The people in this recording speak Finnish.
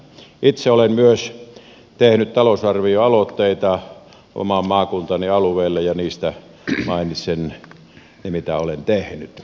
itse olen myös tehnyt talousarvioaloitteita oman maakuntani alueelle ja niistä mainitsen ne jotka olen tehnyt